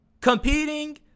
competing